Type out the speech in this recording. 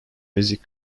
music